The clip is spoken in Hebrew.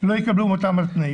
ולא יקבלו את אותם התנאים.